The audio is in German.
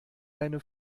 deine